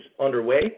underway